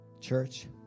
Church